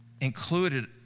included